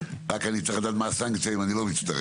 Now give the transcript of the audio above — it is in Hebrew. רק אני צריך לדעת מה הסנקציה אם אני לא מצטרף.